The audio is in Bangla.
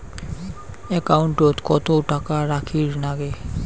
একাউন্টত কত টাকা রাখীর নাগে?